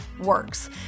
works